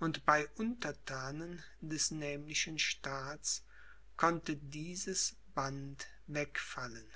und bei unterthanen des nämlichen staats konnte dieses band wegfallen